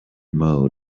mode